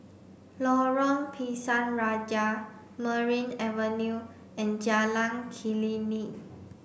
Lorong Pisang Raja Merryn Avenue and Jalan Klinik